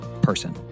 person